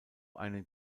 einen